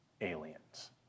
aliens